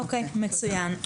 אוקיי, מצוין.